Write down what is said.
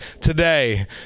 today